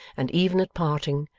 and, even at parting,